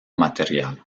material